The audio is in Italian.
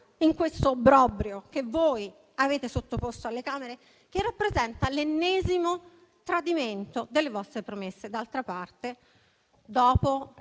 in questo obbrobrio che voi avete sottoposto alle Camere che rappresenta l'ennesimo tradimento delle vostre promesse. Ricordo d'altra parte le